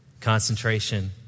concentration